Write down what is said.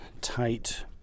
tight